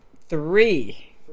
Three